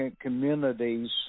communities